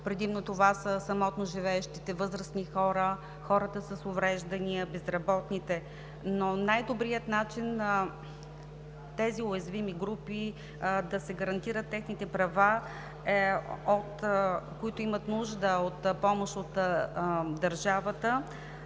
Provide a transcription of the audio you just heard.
Предимно това са самотно живеещите възрастни хора, хората с увреждания, безработните, но най-добрият начин на тези уязвими групи да се гарантират техните права, които имат нужда от помощ от държавата,